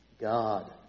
God